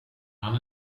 han